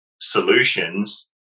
solutions